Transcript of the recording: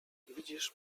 widzisz